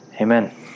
Amen